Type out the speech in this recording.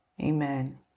Amen